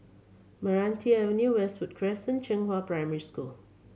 Meranti Avenue Westwood Crescent Zhenghua Primary School